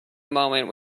moment